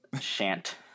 Shant